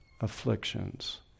afflictions